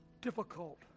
difficult